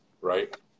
Right